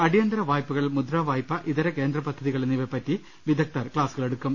അടിയന്തര വായ്പകൾ മുദ്ര വായ്പ ഇതര കേന്ദ്രപദ്ധതികൾ എന്നിവയെ പറ്റി വിദഗ്ദ്ധർ ക്ലാസുകളെടുക്കും